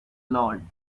lord